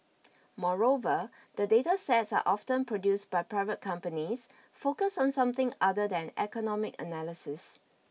moreover the data sets are often produced by private companies focused on something other than economic analysis